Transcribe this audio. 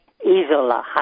Isola